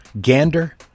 gander